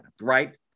right